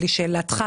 לשאלתך,